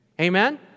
Amen